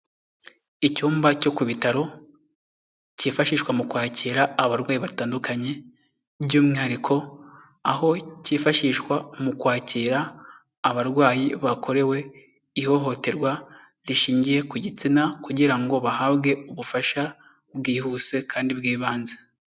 Icyumba cyo ku bitaro cyifashishwa mu kwakira abarwayi batandukanye, by'umwihariko aho cyifashishwa mu kwakira abarwayi bakorewe ihohoterwa rishingiye ku gitsina, kugira ngo bahabwe ubufasha bwihuse kandi bw'ibanze.